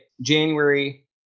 January